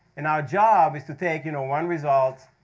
and our job is to take you know one result,